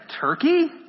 turkey